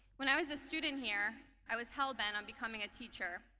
when i was a student here i was hellbent on becoming a teacher.